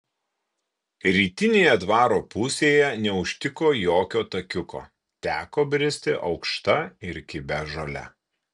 rytinėje dvaro pusėje neužtiko jokio takiuko teko bristi aukšta ir kibia žole